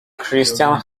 christian